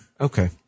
Okay